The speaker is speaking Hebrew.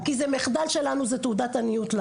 כי זה מחדל שלנו וזו תעודת עניות.